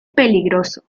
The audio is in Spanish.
peligroso